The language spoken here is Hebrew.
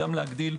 גם להגדיל,